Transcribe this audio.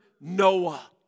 Noah